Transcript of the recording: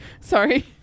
Sorry